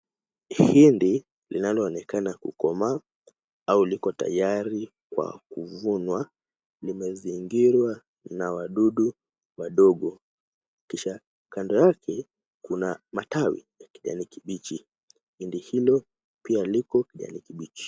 Hindi, linaloonekana kukomaa au liko tayari kwa kuvunwa. Limezingirwa na wadudu wadogo kisha kando yake kuna matawi ya kijani kibichi hindi hilo pia liko kijani kibichi.